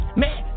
man